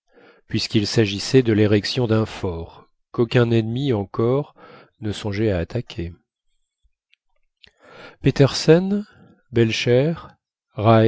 puisqu'il s'agissait de l'érection d'un fort qu'aucun ennemi encore ne songeait à attaquer petersen belcher